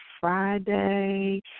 Friday